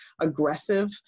aggressive